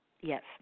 Yes